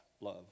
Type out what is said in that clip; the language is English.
love